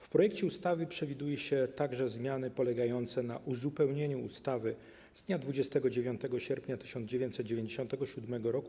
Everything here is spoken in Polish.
W projekcie ustawy przewiduje się także zmiany polegające na uzupełnieniu ustawy z dnia 29 sierpnia 1997 r.